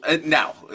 now